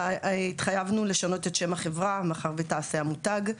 התחייבנו לשנות את שם החברה מאחר ותעש היה מותג,